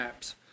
apps